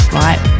right